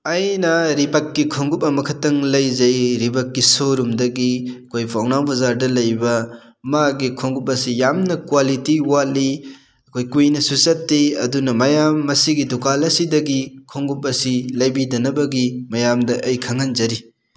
ꯑꯩꯅ ꯔꯤꯕꯛꯀꯤ ꯈꯣꯡꯎꯞ ꯑꯃꯈꯇꯪ ꯂꯩꯖꯩ ꯔꯤꯕꯛꯀꯤ ꯁꯣ ꯔꯨꯝꯗꯒꯤ ꯑꯩꯈꯣꯏ ꯄꯧꯅꯥ ꯕꯖꯥꯔꯗ ꯂꯩꯕ ꯃꯥꯒꯤ ꯈꯣꯡꯎꯞ ꯑꯁꯤ ꯌꯥꯝꯅ ꯀ꯭ꯋꯥꯂꯤꯇꯤ ꯋꯥꯠꯂꯤ ꯑꯩꯈꯣꯏ ꯀꯨꯏꯅꯁꯨ ꯆꯠꯇꯦ ꯑꯗꯨꯅ ꯃꯌꯥꯝ ꯃꯁꯤꯒꯤ ꯗꯨꯀꯥꯟ ꯑꯁꯤꯗꯒꯤ ꯈꯣꯡꯎꯞ ꯑꯁꯤ ꯂꯩꯕꯤꯗꯅꯕꯒꯤ ꯃꯌꯥꯝꯗ ꯑꯩ ꯈꯪꯍꯟꯖꯔꯤ